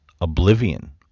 oblivion